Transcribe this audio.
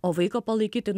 o vaiką palaikyti